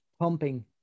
pumping